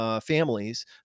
families